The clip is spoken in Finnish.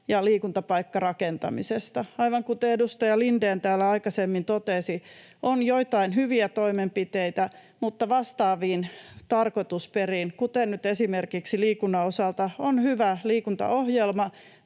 ja liikuntapaikkarakentamisesta. Aivan kuten edustaja Lindén täällä aikaisemmin totesi, on joitain hyviä toimenpiteitä, mutta vastaaviin tarkoitusperiin, kuten nyt esimerkiksi liikunnan osalta, on hyvä liikuntaohjelma,